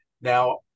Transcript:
Now